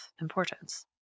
importance